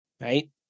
Right